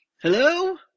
hello